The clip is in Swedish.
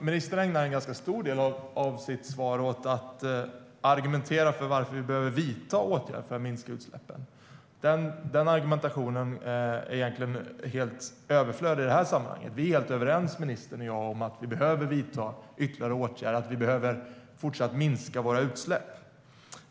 Ministern ägnar en ganska stor del av sitt svar åt att argumentera för varför vi behöver vidta åtgärder för att minska utsläppen. Den argumentationen är egentligen helt överflödig i detta sammanhang. Ministern och jag är helt överens om att vi behöver vidta ytterligare åtgärder, att vi behöver fortsätta att minska våra utsläpp.